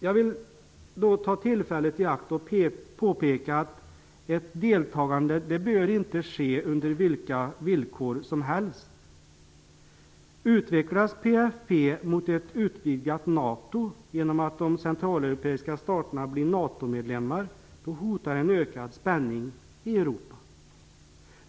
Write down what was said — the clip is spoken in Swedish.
Jag vill dock ta tillfället i akt och påpeka att ett deltagande inte bör ske under vilka villkor som helst. Utvecklas PFF mot ett utvidgat NATO genom att de centraleuropeiska staterna blir NATO-medlemmar hotar en ökad spänning i Europa.